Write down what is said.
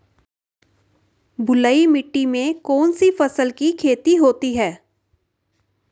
बलुई मिट्टी में कौनसी फसल की खेती होती है?